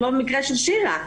כמו במקרה של שירה איסקוב,